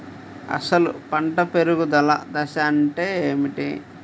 అసలు పంట పెరుగుదల దశ అంటే ఏమిటి?